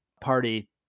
party